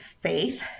faith